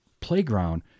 playground